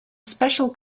special